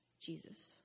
Jesus